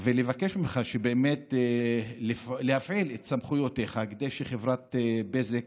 ומבקש ממך באמת להפעיל את סמכויותיך כדי שחברת בזק,